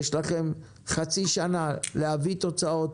יש לכם חצי שנה להביא תוצאות,